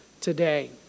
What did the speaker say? today